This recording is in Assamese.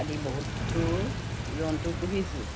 আদি বহুতো জন্তু পুহিছোঁ